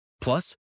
Plus